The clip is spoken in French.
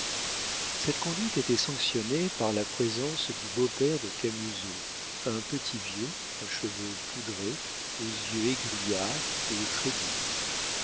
cette conduite était sanctionnée par la présence du beau-père de camusot un petit vieux à cheveux poudrés aux yeux égrillards et très digne